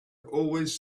always